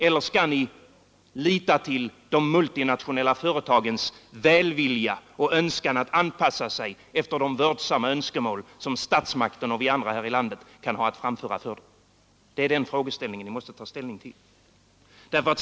Eller skall ni lita till de multinationella företagens välvilja och önskan att anpassa sig efter de vördsamma önskemål som statsmåkterna och vi andra här i landet kan ha att framföra till dem? Det är dessa frågor ni måste ta ställning till.